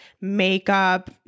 makeup